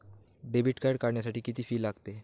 Debit card काढण्यासाठी किती fee लागते?